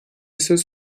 söz